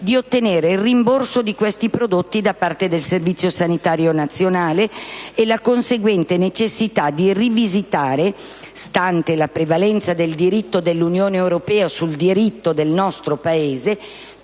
di ottenere il rimborso di questi prodotti da parte del Servizio sanitario nazionale e la conseguente necessità di rivisitare - stante la prevalenza del diritto dell'Unione europea sul diritto interno